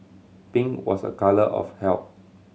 pink was a colour of health